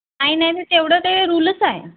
नाही नाही नाही तेवढं ते रुलंच आहे